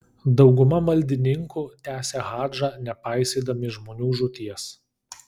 dauguma maldininkų tęsė hadžą nepaisydami žmonių žūties